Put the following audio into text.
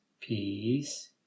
peace